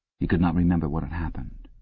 he could not remember what had happened,